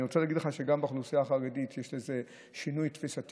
אני רוצה להגיד לך שגם באוכלוסייה החרדית יש איזה שינוי תפיסתי.